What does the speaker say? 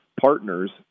partners